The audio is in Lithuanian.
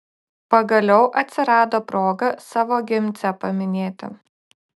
pagaliau atsirado proga savo gimcę paminėti